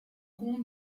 compte